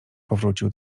powrócił